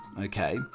okay